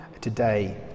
today